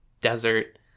desert